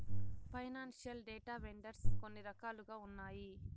financial data vendors కొన్ని రకాలుగా ఉన్నాయి